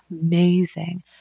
amazing